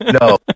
No